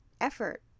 effort